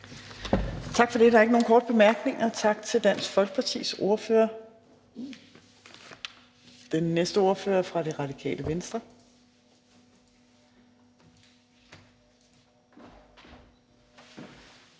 Torp): Der er ikke nogen korte bemærkninger, så tak til Dansk Folkepartis ordfører. Den næste ordfører er fra Radikale Venstre,